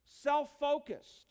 self-focused